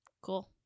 Cool